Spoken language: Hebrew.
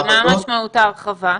ומה משמעות ההרחבה?